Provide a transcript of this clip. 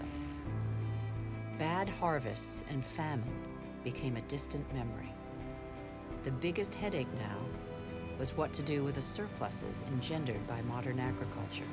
the bad harvests and famine became a distant memory the biggest headache now was what to do with the surpluses engendered by modern agriculture